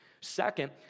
Second